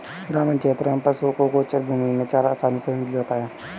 ग्रामीण क्षेत्रों में पशुओं को गोचर भूमि में चारा आसानी से मिल जाता है